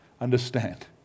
understand